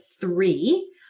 three